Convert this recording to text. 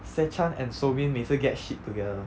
se chan and so min 每次 get shipped together